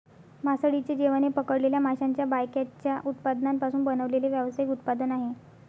मासळीचे जेवण हे पकडलेल्या माशांच्या बायकॅचच्या उत्पादनांपासून बनवलेले व्यावसायिक उत्पादन आहे